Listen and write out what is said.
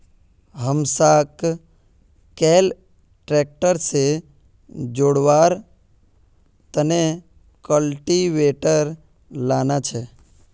हमसाक कैल ट्रैक्टर से जोड़वार तने कल्टीवेटर लाना छे